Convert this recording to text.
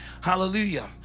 Hallelujah